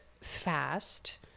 fast